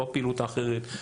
לא הפעילות האחרת,